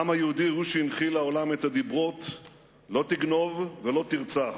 העם היהודי הוא שהנחיל לעולם את הדיברות "לא תגנוב" ו"לא תרצח".